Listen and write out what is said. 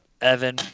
Evan